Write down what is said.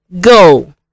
go